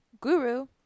guru